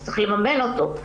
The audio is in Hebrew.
אז צריך לממן אותו.